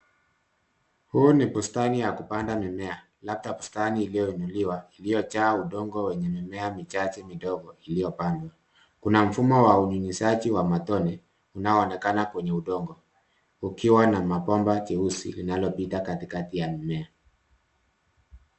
Huu ni bustani ya kupanda mimea, labda bustani iliyoinuliwa, iliyojaa udongo wenye mimea michache midogo, iliyopandwa. Kuna mfumo wa unyunyizaji wa matone, unaonekana kwenye udongo, kukiwa na mabomba jeusi, linalopita katikati ya mimea.